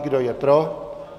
Kdo je pro?